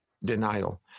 denial